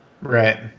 Right